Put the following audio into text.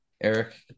Eric